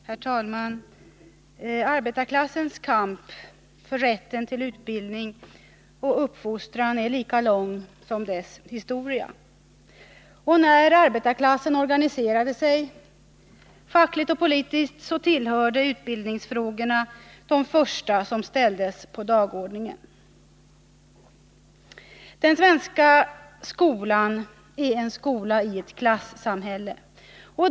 Herr talman! Arbetarklassens kamp för rätten till utbildning och uppfostran är lika lång som dess historia. När arbetarklassen organiserade sig, fackligt och politiskt, tillhörde bildningsfrågorna de första som ställdes på dagordningen. Den svenska skolan är en skola i ett klassamhälle.